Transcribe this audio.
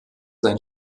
sein